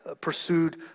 pursued